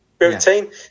routine